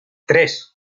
tres